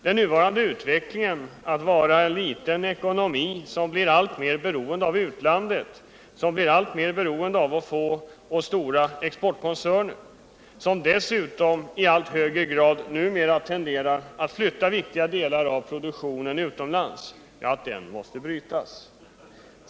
Den nuvarande utvecklingen att vara en liten ekonomi — som blir alltmer beroende av utlandet, som blir alltmer beroende av få och stora exportkoncerner och som dessutom i allt högre grad numera tenderar att flytta viktiga delar av produktionen utomlands — måste brytas.